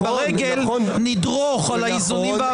וברגל נדרוך על האיזונים והבלמים.